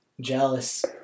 Jealous